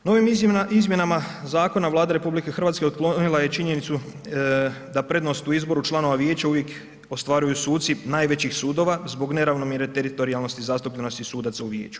Novim izmjenama Zakona Vlada RH otklonila je činjenicu da prednost u izboru članova vijeća uvijek ostvaruju suci najvećih sudova zbog neravnomjerne teritorijalnosti i zastupljenosti sudaca u vijeću.